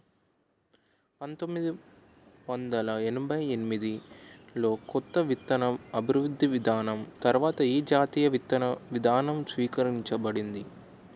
పంతోమ్మిది వందల ఎనభై ఎనిమిది లో కొత్త విత్తన అభివృద్ధి విధానం తర్వాత ఏ జాతీయ విత్తన విధానం స్వీకరించబడింది?